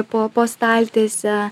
po po staltiese